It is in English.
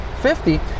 50